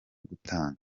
gutanga